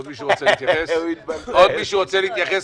עוד מישהו רוצה להתייחס,